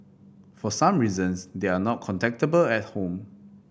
for some reasons they are not contactable at home